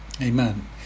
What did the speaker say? Amen